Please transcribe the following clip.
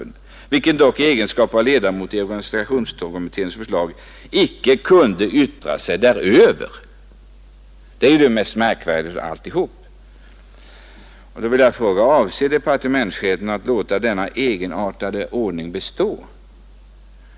Han kunde dock i egenskap av ledamot av organisationskommittén inte yttra sig däröver! Det är ju det mest märkvärdiga av alltihop. Jag frågar: Avser departementschefen att låta denna egenartade ordning bestå?